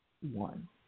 one